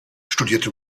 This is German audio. studierte